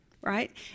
right